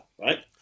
right